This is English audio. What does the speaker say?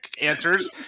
answers